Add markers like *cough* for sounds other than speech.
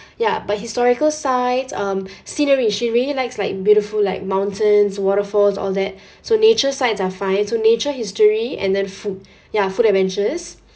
ya but historical sites um *breath* scenery she really likes like beautiful like mountains waterfalls all that *breath* so nature sites are fine so nature history and then food *breath* ya food adventures